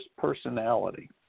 personality